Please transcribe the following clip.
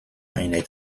einer